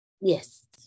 Yes